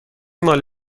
مال